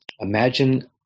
Imagine